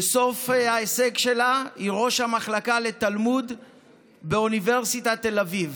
וסוף ההישג שלה: היא ראש המחלקה לתלמוד באוניברסיטת תל אביב.